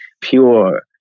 pure